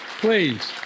Please